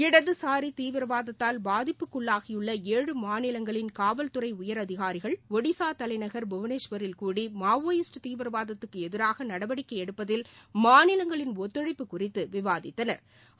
இடதுசாரி தீவிரவாதத்தால் பாதிப்புக்குள்ளாகியுள்ள ஏழு மாநிலங்களின் காவல்துறை உயரதிகாரிகள் ஷ்டிஸா தலைநகர் புவனேஸ்வரில் கூடி மாவோயிஸ்ட் தீவிரவாதத்துக்கு எதிராக நடவடிக்கை எடுப்பதில் மாநிலங்களின் ஒத்துழைப்பு குறித்து விவாதித்தனா்